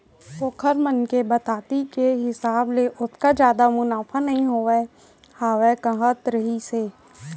ओखर मन के बताती के हिसाब ले ओतका जादा मुनाफा नइ होवत हावय कहत रहिस हे